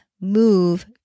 Move